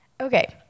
Okay